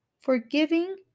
forgiving